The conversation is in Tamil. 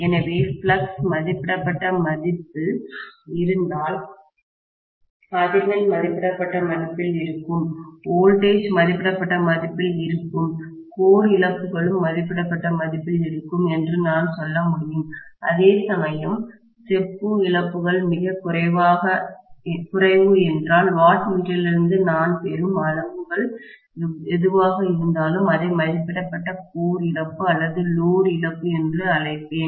எனவே ஃப்ளக்ஸ் மதிப்பிடப்பட்ட மதிப்பில் இருந்தால் அதிர்வெண் மதிப்பிடப்பட்ட மதிப்பில் இருக்கும் வோல்டேஜ் மதிப்பிடப்பட்ட மதிப்பில் இருக்கும் கோர் இழப்புகளும் மதிப்பிடப்பட்ட மதிப்பில் இருக்கும் என்று நான் சொல்ல முடியும் அதேசமயம் செப்பு இழப்புகள் மிகக் குறைவு என்றால் வாட்மீட்டரிலிருந்து நான் பெறும் அளவுகள் எதுவாக இருந்தாலும் அதை மதிப்பிடப்பட்ட கோர் இழப்பு அல்லது லோடு இழப்பு என்று அழைப்பேன்